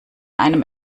einem